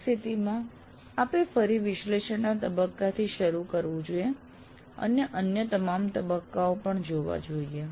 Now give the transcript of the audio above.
આ સ્થિતમાં આપે ફરી વિશ્લેષણના તબક્કાથી શરૂ કરવું જોઈએ અને અન્ય તમામ તબક્કાઓ પણ જોવા જોઈએ